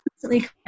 constantly